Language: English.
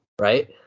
Right